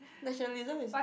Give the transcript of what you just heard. nationalism is